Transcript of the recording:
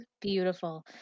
beautiful